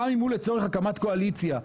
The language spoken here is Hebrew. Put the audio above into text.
גם אם הוא לצורך הקמת קואליציה,